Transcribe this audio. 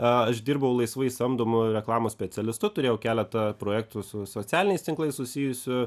a aš dirbau laisvai samdomu reklamos specialistu turėjau keletą projktų su socialiniais tinklais susijusių